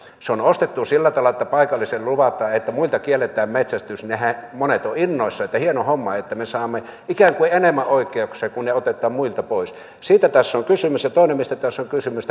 se on ostettu sillä tavalla että paikallisille luvataan että muilta kielletään metsästys monet ovat innoissaan että hieno homma me saamme ikään kuin enemmän oikeuksia kun ne otetaan muilta pois siitä tässä on kysymys toinen mistä tässä on kysymys